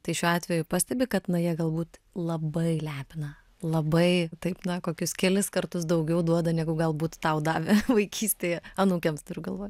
tai šiuo atveju pastebi kad na jie galbūt labai lepina labai taip na kokius kelis kartus daugiau duoda negu galbūt tau davė vaikystėje anūkėms turiu galvoj